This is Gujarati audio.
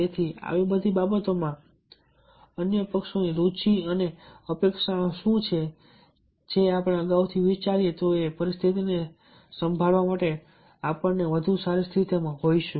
તેથી આવી બધી બાબતોમાં અન્ય પક્ષોની રુચિ અને અપેક્ષાઓ શું છે જે આપણે અગાઉથી વિચારીએ તો એ પરિસ્થિતિને સંભાળવા માટે આપણે વધુ સારી સ્થિતિમાં હોઈશું